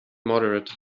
moderate